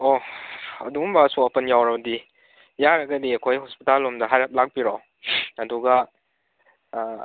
ꯑꯣ ꯑꯗꯨꯒꯨꯝꯕ ꯑꯁꯣꯛ ꯑꯄꯟ ꯌꯥꯎꯔꯕꯗꯤ ꯌꯥꯔꯒꯗꯤ ꯑꯩꯈꯣꯏ ꯍꯣꯁꯄꯤꯇꯥꯜ ꯂꯣꯝꯗ ꯍꯥꯏꯔꯞ ꯂꯥꯛꯄꯤꯔꯣ ꯑꯗꯨꯒ